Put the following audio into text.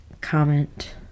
comment